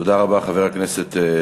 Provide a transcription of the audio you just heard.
תודה רבה, חבר הכנסת ליצמן.